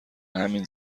همین